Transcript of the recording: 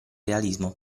realismo